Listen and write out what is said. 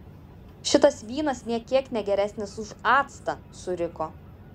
šitas vynas nė kiek ne geresnis už actą suriko